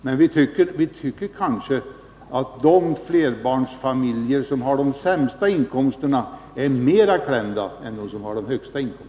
Men vi tycker att de flerbarnsfamiljer som har de sämsta inkomsterna är mera klämda än de som har de högsta inkomsterna.